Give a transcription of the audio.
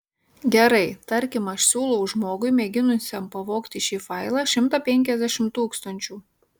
gerai tarkim aš siūlau žmogui mėginusiam pavogti šį failą šimtą penkiasdešimt tūkstančių